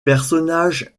personnages